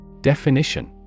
Definition